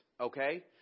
Okay